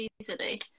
easily